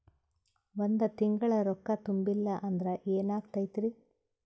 ಒಂದ ತಿಂಗಳ ರೊಕ್ಕ ತುಂಬಿಲ್ಲ ಅಂದ್ರ ಎನಾಗತೈತ್ರಿ?